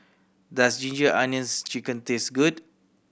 does Ginger Onions Chicken taste good